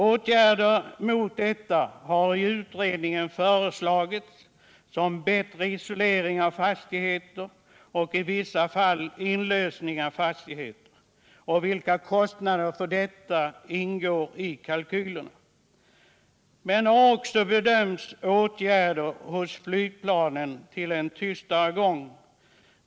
Åtgärder mot bullret har föreslagits i utredningen, såsom bättre isolering av bostäder och i vissa fall inlösen av fastigheter, och kostnaderna för detta ingår i kalkylerna. Utredningen har också tagit upp frågan om vilka åtgärder som kan vidtas på flygplanen för att få till stånd en tystare gång.